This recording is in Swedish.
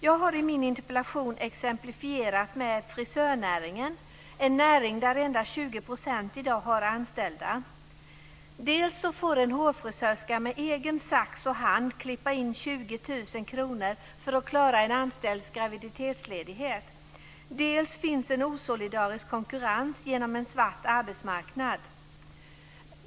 Jag har i min interpellation exemplifierat med frisörnäringen, en näring där endast 20 % i dag har anställda. Dels får en hårfrisörska med egen sax och hand klippa in 20 000 kr för att klara en anställds graviditetsledighet, dels finns en osolidarisk konkurrens genom en svart arbetsmarknad.